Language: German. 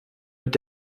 mit